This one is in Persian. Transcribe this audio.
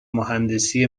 مهندسی